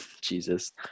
Jesus